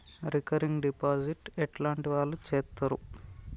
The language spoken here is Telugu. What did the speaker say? రికరింగ్ డిపాజిట్ ఎట్లాంటి వాళ్లు చేత్తరు?